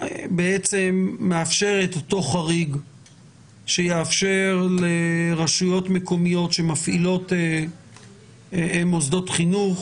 מאפשר את אותו חריג שיאפשר לרשויות מקומיות שמפעילות מוסדות חינוך